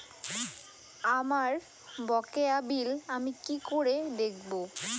আমার বকেয়া বিল আমি কি করে দেখব?